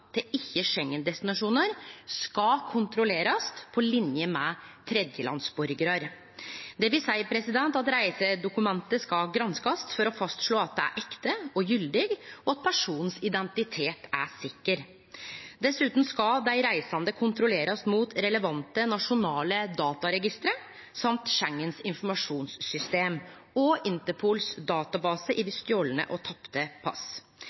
skal kontrollerast på linje med tredjelandsborgarar, dvs. at reisedokumentet skal granskast for å fastslå at det er ekte og gyldig, og at identiteten til personen er sikker. Dessutan skal dei reisande bli kontrollerte mot relevante nasjonale dataregister, Schengens informasjonssystem og Interpols database over stolne og tapte pass.